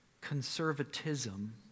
Conservatism